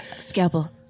Scalpel